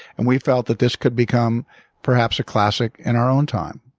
and we felt that this could become perhaps a classic in our own time.